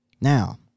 Now